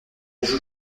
joue